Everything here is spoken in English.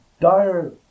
dire